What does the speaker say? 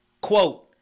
Quote